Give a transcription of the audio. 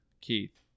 Keith